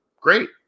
great